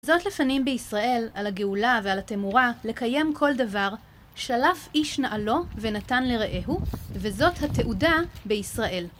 זאת לפנים בישראל על הגאולה ועל התמורה, לקיים כל דבר, שלף איש נעלו ונתן לרעהו, וזאת התעודה בישראל.